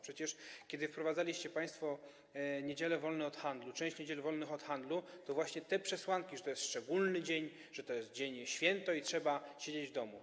Przecież kiedy wprowadzaliście państwo niedziele wolne od handlu, część niedziel wolnych od handlu, to były właśnie te przesłanki, że to jest szczególny dzień, że to jest święto i trzeba siedzieć w domu.